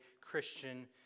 Christian